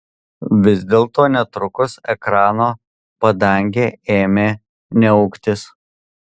vis dėlto netrukus ekrano padangė ėmė niauktis